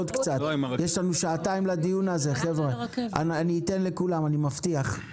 אתן לכולם, אני מבטיח.